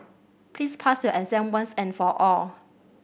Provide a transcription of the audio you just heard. please pass your exam once and for all